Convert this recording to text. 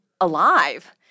alive